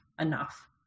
enough